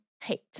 Hate